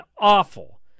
awful